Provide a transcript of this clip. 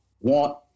want